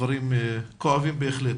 דברים כואבים בהחלט.